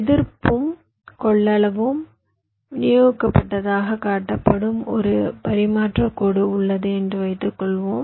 எதிர்ப்பும் கொள்ளளவும் விநியோகிக்கப்பட்டதாகக் காட்டப்படும் ஒரு பரிமாற்றக் கோடு உள்ளது என்று வைத்துக்கொள்வோம்